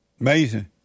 Amazing